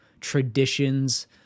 traditions